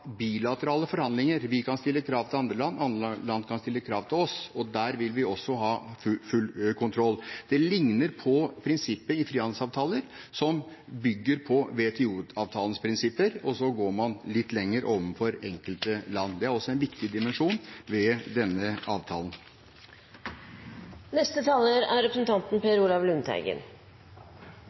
bilaterale forhandlinger. Vi kan stille krav til andre land, andre land kan stille krav til oss, og der vil vi også ha full kontroll. Det ligner på prinsippet i frihandelsavtaler, som bygger på WTO-avtalens prinsipper, og så går man litt lenger overfor enkelte land. Det er også en viktig dimensjon ved denne avtalen.